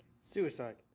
Suicide